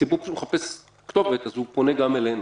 הציבור פשוט מחפש כתובת אז הוא פונה גם אלינו.